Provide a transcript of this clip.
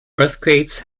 earthquakes